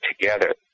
together